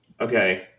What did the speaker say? okay